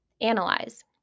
analyze